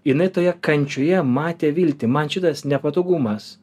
jinai toje kančioje matė viltį man šitas nepatogumas